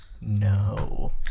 No